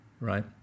Right